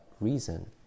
reason